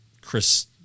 Chris